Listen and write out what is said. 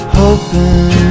hoping